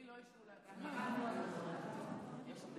אדוני היושב-ראש, בבקשה,